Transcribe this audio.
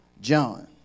John